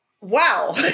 wow